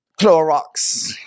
Clorox